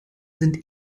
sind